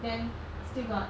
then still got